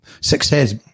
success